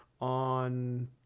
on